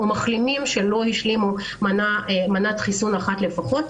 או מחלימים שלא השלימו מנת חיסון אחת לפחות,